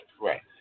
Right